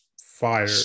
fire